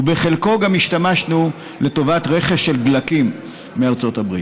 ובחלקו גם השתמשנו לטובת רכש של דלקים מארצות הברית.